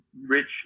rich